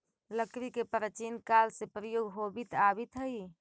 लकड़ी के प्राचीन काल से प्रयोग होवित आवित हइ